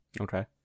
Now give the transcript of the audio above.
Okay